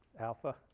alpha?